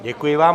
Děkuji vám.